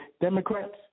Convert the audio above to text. Democrats